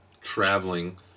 traveling